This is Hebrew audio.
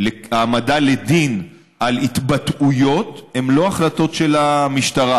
להעמדה לדין על התבטאויות הן לא החלטות של המשטרה.